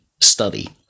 study